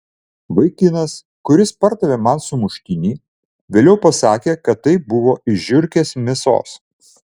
vaikinas kuris pardavė man sumuštinį vėliau pasakė kad tai buvo iš žiurkės mėsos